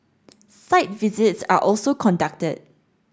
site visits are also conducted